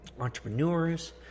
entrepreneurs